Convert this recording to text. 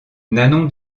nanon